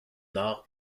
nord